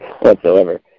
whatsoever